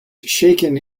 shaken